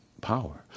power